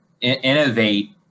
innovate